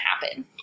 happen